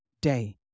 day